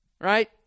right